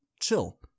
chill